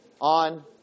on